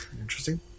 interesting